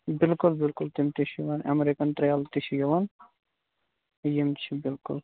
بِلکُل بِلکُل تِم تہِ چھِ یِوان اَمریٖکَن ترٛیلہٕ تہِ چھِ یِوان یِم چھِ بِلکُل